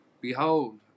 Behold